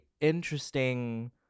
interesting